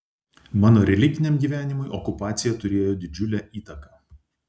mano religiniam gyvenimui okupacija turėjo didžiulę įtaką